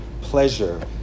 pleasure